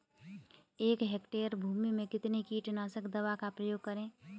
एक हेक्टेयर भूमि में कितनी कीटनाशक दवा का प्रयोग करें?